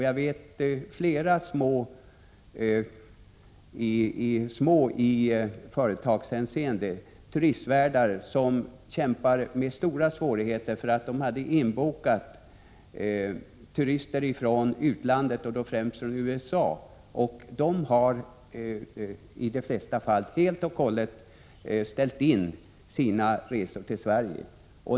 Jag vet att flera turistvärdar, små i företagshänseende, kämpar med stora svårigheter därför att de bokat in turister från utlandet, främst från USA, som i de flesta fall ställt in sina resor till Sverige.